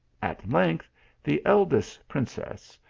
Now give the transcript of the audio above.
at length the eldest princess,